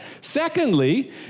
Secondly